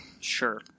Sure